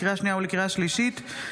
לקריאה שנייה ולקריאה שלישית,